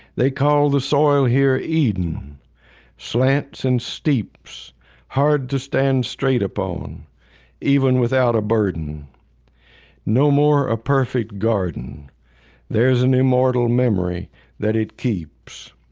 they call the soil here eden slants and steeps hard to stand straight upon even without a burden no more a perfect garden there's an immortal memory that it keeps